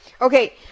Okay